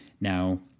Now